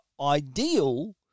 Ideal